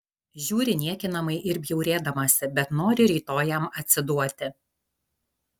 žiūri niekinamai ir bjaurėdamasi bet nori rytoj jam atsiduoti